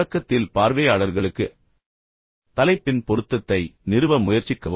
தொடக்கத்தில் பார்வையாளர்களுக்கு தலைப்பின் பொருத்தத்தை நிறுவ முயற்சிக்கவும்